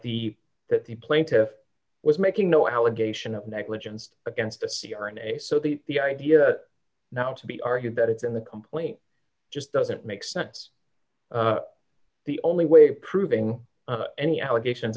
the that the plaintiff was making no allegation of negligence against the c r n a so the the idea now to be argued that it's in the complaint just doesn't make sense the only way proving any allegations